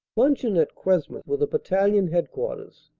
luncheon at cuesmes with a battalion headquarters,